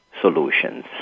solutions